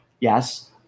yes